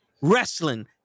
wrestling